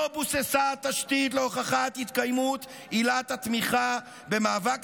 "לא בוססה תשתית להוכחת התקיימות עילת התמיכה במאבק